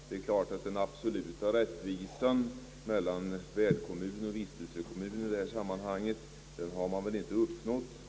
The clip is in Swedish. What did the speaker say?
Den absoluta ekonomiska rättvisan mellan värdkommun och vistelsekommun har väl i detta sammanhang inte uppnåtts.